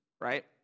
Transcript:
Right